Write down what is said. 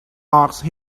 asked